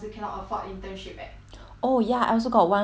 oh ya I also got one classmate also like this you know